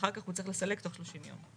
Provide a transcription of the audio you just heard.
ואחר כך הוא צריך לסלק תוך 30 יום.